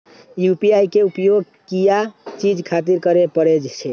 UPI के उपयोग किया चीज खातिर करें परे छे?